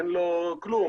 אין לו כלום,